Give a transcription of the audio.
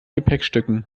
gepäckstücken